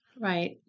Right